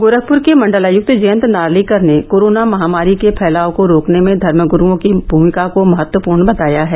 गोरखपूर के मंडलायक्त जयंत नार्लिकर ने कोरोना महामारी के फैलाव को रोकने में धर्मगुरूओं की भूमिका को महत्वपूर्ण बताया है